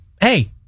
Hey